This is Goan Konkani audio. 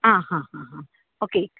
आं हां ओके